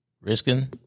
risking